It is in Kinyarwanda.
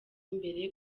imbere